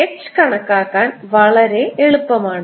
H കണക്കാക്കാൻ വളരെ എളുപ്പമാണ്